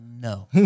No